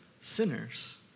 sinners